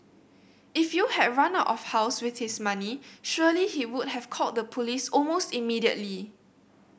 if you had run out of house with his money surely he would have called the police almost immediately